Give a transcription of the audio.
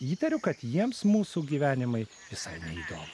įtariu kad jiems mūsų gyvenimai visai neįdomu